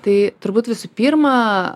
tai turbūt visų pirma